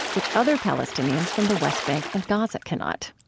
which other palestinians from the west bank and gaza cannot.